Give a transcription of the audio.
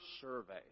Survey